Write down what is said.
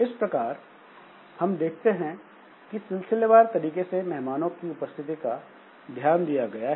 इस प्रकार हम देखते हैं कि सिलसिलेवार तरीके से मेहमानों की उपस्थिति का ध्यान दिया गया है